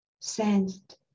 sensed